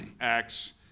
Acts